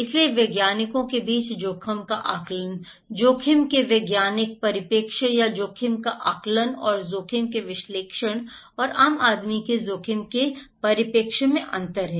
इसलिए वैज्ञानिकों के बीच जोखिम का आकलन जोखिम के वैज्ञानिक परिप्रेक्ष्य या जोखिम के आकलन और जोखिम के विश्लेषण और आम आदमी के जोखिम के परिप्रेक्ष्य में अंतर है